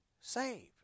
saved